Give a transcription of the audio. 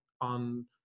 on